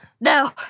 No